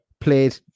played